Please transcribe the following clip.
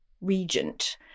regent